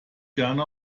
gerne